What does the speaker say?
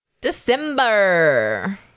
December